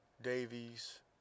Davies